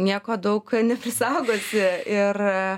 nieko daug neprisaugosi ir